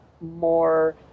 more